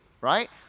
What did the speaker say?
right